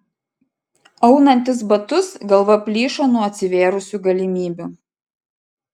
aunantis batus galva plyšo nuo atsivėrusių galimybių